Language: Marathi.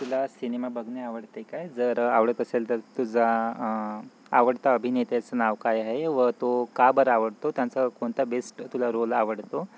सिनेमा बघणे आवडते काय जर आवडत असेल तर तुझा आवडता अभिनेत्याचं नाव काय आहे व तो का बरं आवडतो त्यांचा कोणता बेस्ट तुला रोल आवडतो